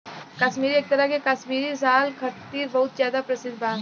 काश्मीर एक तरह से काश्मीरी साल खातिर बहुत ज्यादा प्रसिद्ध बा